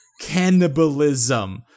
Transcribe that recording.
cannibalism